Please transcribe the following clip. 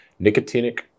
nicotinic